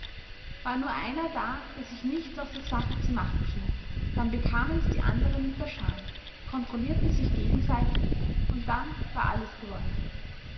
war nur einer da der sich nichts aus der sache zu machen schien dann bekamen's die anderen mit der scham kontrollierten sich gegenseitig und dann war alles gewonnen